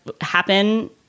happen